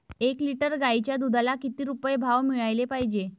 एक लिटर गाईच्या दुधाला किती रुपये भाव मिळायले पाहिजे?